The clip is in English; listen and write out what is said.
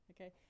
Okay